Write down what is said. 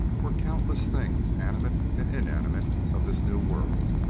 were countless things animate and inanimate of this new world,